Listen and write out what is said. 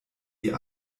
die